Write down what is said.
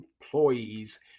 employees